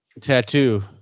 tattoo